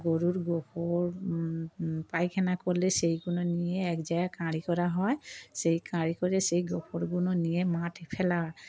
গরুর গোবর পায়খানা করলে সেইগুলো নিয়ে এক জায়গায় কাঁড়ি করা হয় সেই কাঁড়ি করে সেই গোবরগুলো নিয়ে মাঠে ফেলা হয়